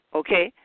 okay